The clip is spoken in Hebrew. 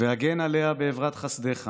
הגן עליה באברת חסדך